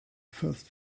first